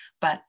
but-